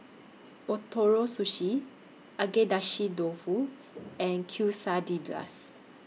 Ootoro Sushi Agedashi Dofu and Quesadillas